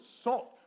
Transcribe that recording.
salt